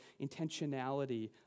intentionality